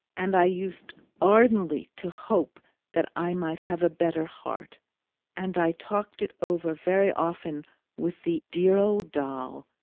and i used ardently to hope that i might have a better heart and i talked it over very often with the dear old doll,